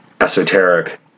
esoteric